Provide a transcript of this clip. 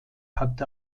hatte